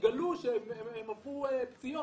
שיגלו שהם עברו פציעות.